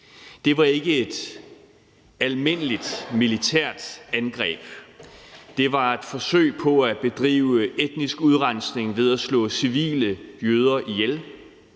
Det var ikke et almindeligt militært angreb. Det var et forsøg på at bedrive etnisk udrensning ved at slå civile jøder ihjel.